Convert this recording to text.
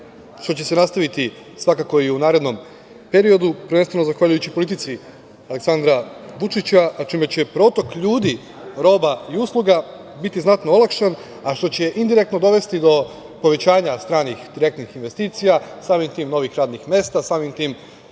što će se nastaviti svakako i u narednom periodu, prvenstveno zahvaljujući politici Aleksandra Vučića, čime će protok ljudi, roba i usluga biti znatno olakšan, a što će indirektno dovesti do povećanja stranih direktnih investicija, samim tim novih radnih mesta, samim tim